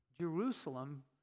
Jerusalem